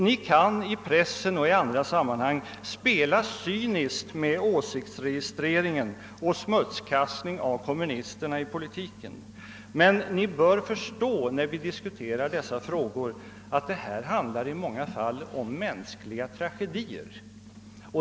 Ni kan i pressen och i andra sammanhang spela cyniskt med åsiktsregistrering och smutskastning av kommunisterna i politiken, men Ni bör förstå, när vi diskuterar dessa frågor, att det i många fall rör sig om mänskliga tragedier.